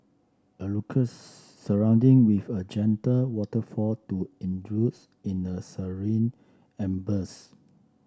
a surrounding with a gentle waterfall to in a serene ambience